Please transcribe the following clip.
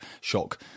shock